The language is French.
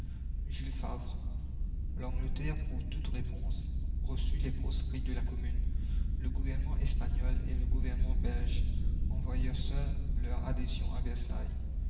favre l'angleterre pour toute réponse reçut les proscrits de la commune le gouvernement espagnol et le gouvernement belge envoyèrent seuls leur adhésion à versailles